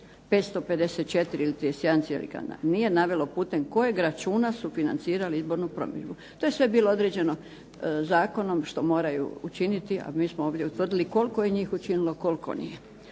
kandidat nije navelo putem kojeg računa su financirali izbornu promidžbu. To je sve bilo određeno zakonom što moraju učiniti, a mi smo ovdje utvrdili koliko je njih učinilo koliko nije.